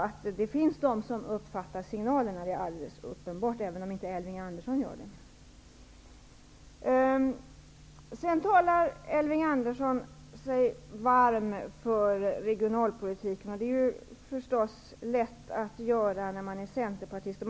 Att det finns en del som uppfattar signalerna är alltså helt uppenbart, även om inte Elving Andersson gör det. Vidare talar Elving Andersson sig varm för regionalpolitiken, och det är förstås lätt att göra när man är centerpartist.